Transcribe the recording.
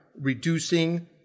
reducing